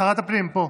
שרת הפנים פה.